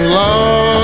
love